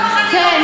כן,